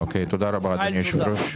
תודה רבה אדוני היושב-ראש.